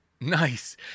Nice